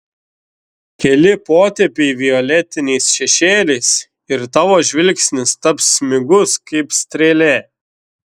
keli potėpiai violetiniais šešėliais ir tavo žvilgsnis taps smigus kaip strėlė